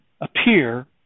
appear